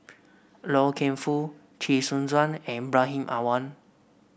Loy Keng Foo Chee Soon Juan and Ibrahim Awang